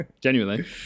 Genuinely